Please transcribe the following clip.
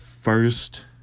first